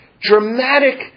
dramatic